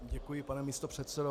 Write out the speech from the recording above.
Děkuji, pane místopředsedo.